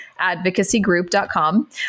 advocacygroup.com